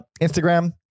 Instagram